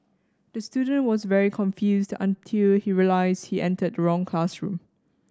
the student was very confused until he realised he entered the wrong classroom